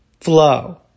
flow